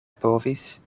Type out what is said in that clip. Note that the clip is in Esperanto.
povis